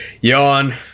Yawn